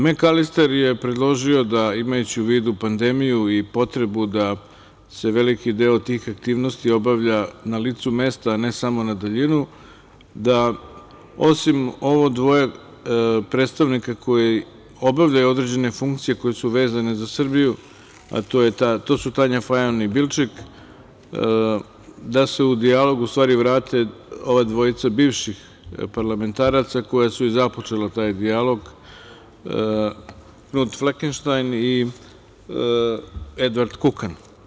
Mekalister je predložio da, imajući u vidu pandemiju i potrebu da se veliki deo tih aktivnosti obavlja na licu mesta, a ne samo na daljinu, da osim ovo dvoje predstavnika koji obavljaju određene funkcije koje su vezane za Srbiju, a to su Tanja Fajon i Bilčik, da se u dijalog vrate ova dvojica bivših parlamentaraca, koji su i započeli taj dijalog, Flekenštajn i Edvard Kukan.